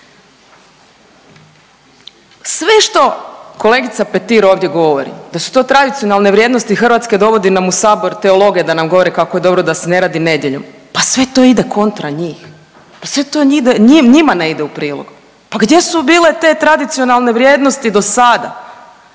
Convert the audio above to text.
Sve što kolegica Petri ovdje govori da su to tradicionalne vrijednosti Hrvatske, dovodi nam u sabor teologe da nam govore kako je dobro da se ne radi nedjeljom, pa sve to ide kontra njih, pa sve to, njima ne ide u prilog, pa gdje su bile te tradicionalne vrijednosti dosada,